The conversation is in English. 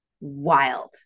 wild